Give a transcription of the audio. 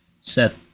set